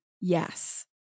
Yes